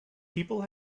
people